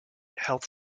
health